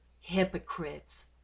Hypocrites